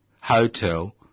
hotel